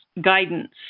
guidance